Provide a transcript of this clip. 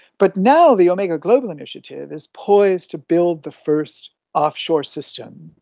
but now the omega global initiative is poised to build the first offshore system,